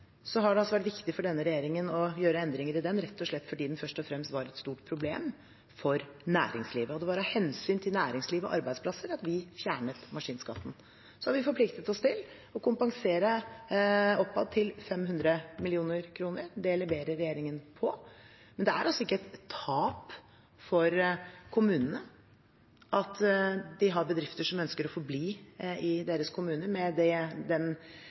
har det vært viktig for denne regjeringen å gjøre endringer i den rett og slett fordi den først og fremst var et stort problem for næringslivet. Det var av hensyn til næringsliv og arbeidsplasser at vi fjernet maskinskatten. Så har vi forpliktet oss til å kompensere oppad til 500 mill. kr. Det leverer regjeringen på. Men det er ikke et tap for kommunene at de har bedrifter som ønsker å forbli i deres kommune, med den